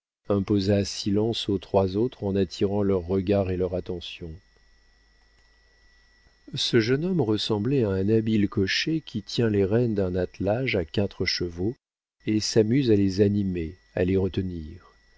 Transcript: imposa silence aux trois autres en attirant leurs regards et leur attention ce jeune homme ressemblait à un habile cocher qui tient les rênes d'un attelage à quatre chevaux et s'amuse à les animer à les retenir